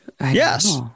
Yes